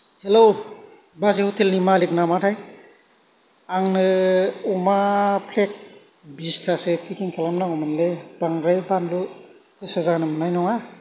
hello बाजै hotel नि मालिग नामाथाय आंनो अमा प्लेट बिसतासो पेकिं खालामनांगौमोनलै बांद्राय बानलु गोसा जानो मोन्नाय नङा